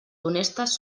honestes